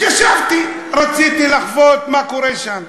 ישבתי, רציתי לחוות מה קורה שם.